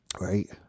Right